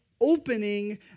opening